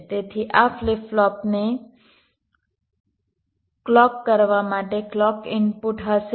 તેથી આ ફ્લિપ ફ્લોપને ક્લૉક કરવા માટે ક્લૉક ઇનપુટ હશે